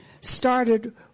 started